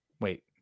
Wait